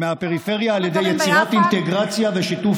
מהפריפריה על ידי יצירת אינטגרציה ושיתוף